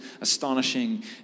astonishing